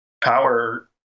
power